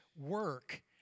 work